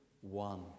one